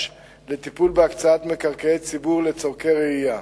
לטיפול בהקצאת מקרקעי ציבור לצורכי רעייה